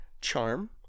charm